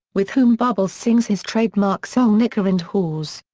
with whom bubbles sings his trademark song liquor and whores.